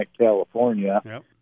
California